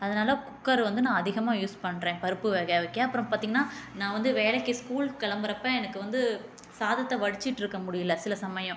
அதனால் குக்கர் வந்து நான் அதிகமாக யூஸ் பண்ணுறேன் பருப்பு வேக வைக்க அப்புறம் பார்த்தீங்கன்னா நான் வந்து வேலைக்கு ஸ்கூலுக்கு கிளம்புறப்ப எனக்கு வந்து சாதத்தை வடிச்சுட்டு இருக்க முடியல சில சமயம்